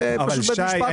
אבל שי,